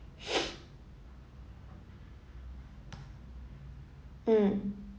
mm